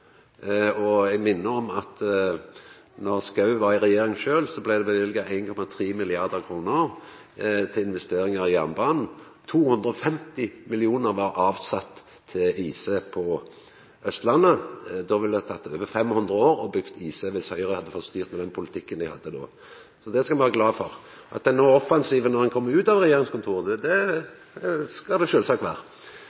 Og eg minner om at då representanten Schou sjølv var i regjering, blei det løyvt 1,3 mrd. kr til investeringar i jernbanen, 250 mill. kr var avsett til IC på Austlandet. Det ville ha tatt over 500 år å byggja IC dersom Høgre hadde fått styrt, med den politikken dei hadde. Så det skal ein vera glad for. At ein er offensiv når ein kjem ut av regjeringskontora, det